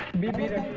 beebe to